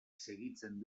segitzen